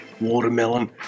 watermelon